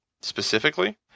specifically